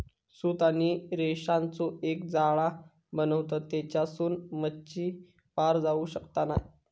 सूत आणि रेशांचो एक जाळा बनवतत तेच्यासून मच्छी पार जाऊ शकना नाय